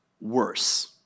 worse